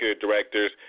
directors